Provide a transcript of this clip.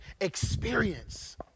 experience